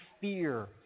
fear